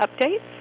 updates